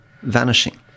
vanishing